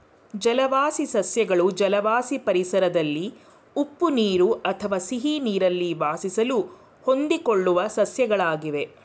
ಜಲವಾಸಿ ಸಸ್ಯಗಳು ಜಲವಾಸಿ ಪರಿಸರದಲ್ಲಿ ಉಪ್ಪು ನೀರು ಅಥವಾ ಸಿಹಿನೀರಲ್ಲಿ ವಾಸಿಸಲು ಹೊಂದಿಕೊಳ್ಳುವ ಸಸ್ಯಗಳಾಗಿವೆ